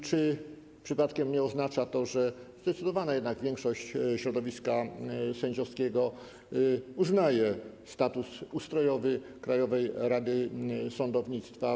Czy przypadkiem nie oznacza to, że jednak zdecydowana większość środowiska sędziowskiego uznaje status ustrojowy Krajowej Rady Sądownictwa?